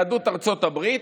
יהדות ארצות הברית,